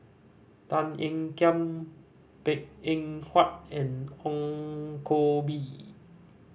Tan Ean Kiam Png Eng Huat and Ong Koh Bee